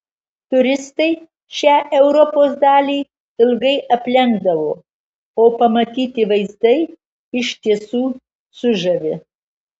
turistai šią europos dalį ilgai aplenkdavo o pamatyti vaizdai iš tiesų sužavi